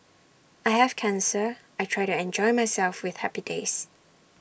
I have cancer I try to enjoy myself with happy days